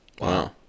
Wow